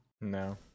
No